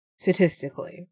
statistically